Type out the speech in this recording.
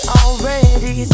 already